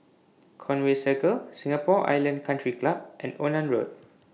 Conway Circle Singapore Island Country Club and Onan Road